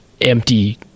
empty